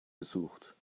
gesucht